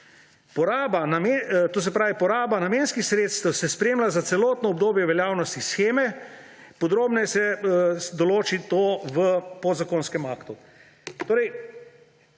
samooskrbo. Poraba namenskih sredstev se spremlja za celotno obdobje veljavnosti sheme, podrobneje se določi to v podzakonskem aktu.